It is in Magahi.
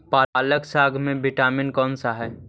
पालक साग में विटामिन कौन सा है?